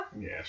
Yes